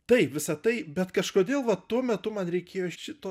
taip visa tai bet kažkodėl va tuo metu man reikėjo šito